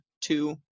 two